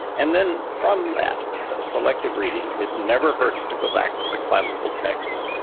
and then from that selective reading. it never hurts to go back to the classical texts.